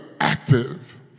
active